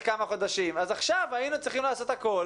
כמה חודשים ועכשיו היינו צריכים לעשות הכול